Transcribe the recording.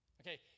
Okay